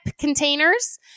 containers